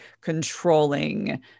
controlling